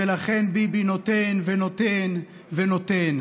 לכן ביבי נותן ונותן ונותן.